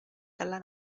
dalla